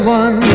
one